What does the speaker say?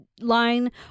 line